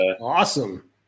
awesome